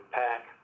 pack